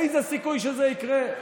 איזה סיכוי שזה יקרה?